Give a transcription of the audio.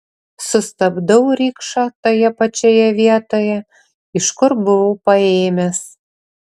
sustabdau rikšą toje pačioje vietoje iš kur buvau paėmęs